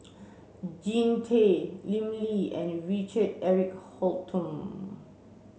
Jean Tay Lim Lee and Richard Eric Holttum